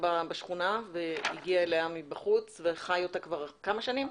בשכונה והגיע אליה מבחוץ וחי אותה כבר כמה שנים?